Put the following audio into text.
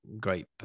great